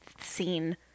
scene